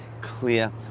clear